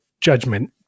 judgment